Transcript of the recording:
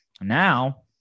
Now